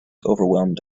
overwhelmed